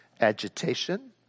agitation